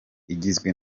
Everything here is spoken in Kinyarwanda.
igizwe